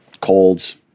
colds